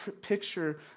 picture